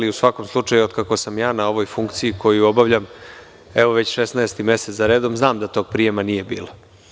U svakom slučaju, otkako sam ja na ovoj funkciji koju obavljam već 16 mesec za redom, znam da tog prijema nije bilo.